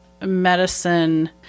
medicine